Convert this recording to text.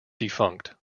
defunct